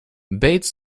bates